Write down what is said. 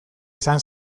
izan